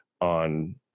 on